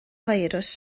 firws